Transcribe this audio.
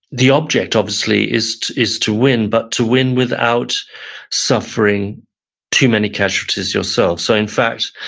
the object obviously, is to is to win but to win without suffering too many casualties yourself so in fact,